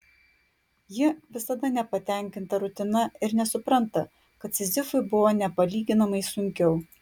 ji visada nepatenkinta rutina ir nesupranta kad sizifui buvo nepalyginamai sunkiau